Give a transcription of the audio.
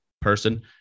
person